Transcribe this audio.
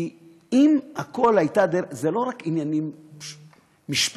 כי אם הכול, זה לא רק עניינים משפטיים,